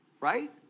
right